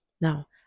Now